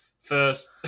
first